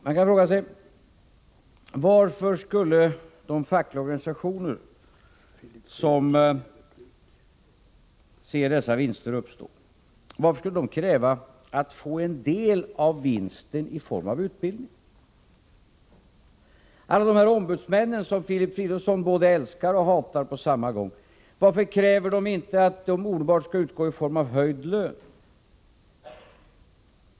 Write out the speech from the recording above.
Man kan fråga sig: Varför skulle de fackliga organisationer som ser dessa vinster uppstå kräva att få en del av vinsten i form av utbildning? Alla dessa ombudsmän som Filip Fridolfsson både älskar och hatar på samma gång, varför kräver de inte att vinsten omedelbart skall utgå i form av höjd lön?